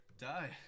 Die